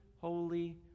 holy